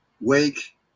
wake